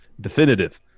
definitive